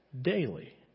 daily